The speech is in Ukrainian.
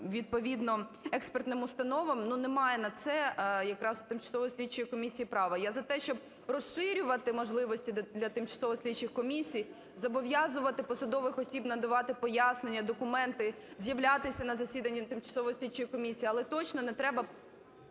відповідно експертним установам, ну, немає на це якраз у тимчасової слідчої комісії права. Я за те, щоб розширювати можливості для тимчасових слідчих комісій, зобов'язувати посадових осіб надавати пояснення, документи, з'являтися на засіданні тимчасової слідчої комісії, але точно не треба…